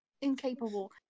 incapable